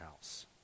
house